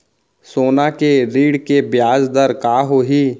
सोना के ऋण के ब्याज दर का होही?